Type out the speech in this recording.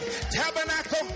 Tabernacle